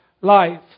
life